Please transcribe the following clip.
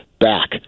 back